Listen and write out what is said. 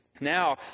Now